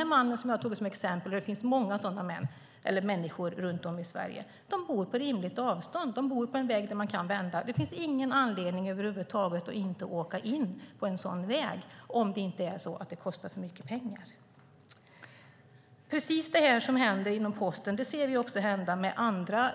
Den man jag tog upp som exempel - och det finns många sådana människor runt om i Sverige - bor på rimligt avstånd. Han bor vid en väg där det går att vända. Det finns ingen anledning att inte åka in på en sådan väg - om det inte är fråga om att det kostar för mycket. Det vi ser hända inom Posten ser vi hända med andra